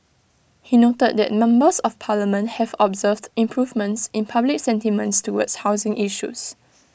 he noted that members of parliament have observed improvements in public sentiments towards housing issues